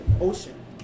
ocean